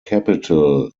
capital